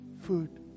food